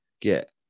get